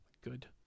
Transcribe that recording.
good